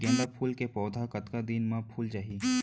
गेंदा फूल के पौधा कतका दिन मा फुल जाही?